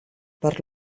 per